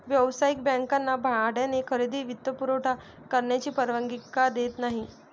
व्यावसायिक बँकांना भाड्याने खरेदी वित्तपुरवठा करण्याची परवानगी का देत नाही